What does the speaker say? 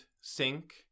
sink